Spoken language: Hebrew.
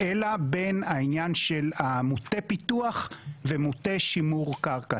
אלא בין העניין של מוטי פיתוח ומוטי שימור קרקע,